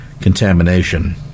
contamination